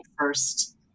first